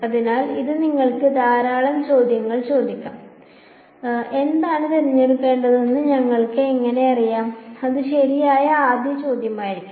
അതിനാൽ ഇത് നിങ്ങൾക്ക് ധാരാളം ചോദ്യങ്ങൾ ചോദിക്കാം എന്താണ് തിരഞ്ഞെടുക്കേണ്ടതെന്ന് ഞങ്ങൾക്ക് എങ്ങനെ അറിയാം അത് ശരിയായ ആദ്യ ചോദ്യമായിരിക്കും